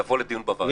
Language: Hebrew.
יבוא לדיון בוועדה.